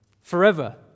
forever